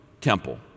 temple